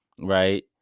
right